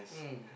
mm